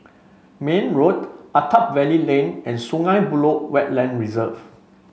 Mayne Road Attap Valley Lane and Sungei Buloh Wetland Reserve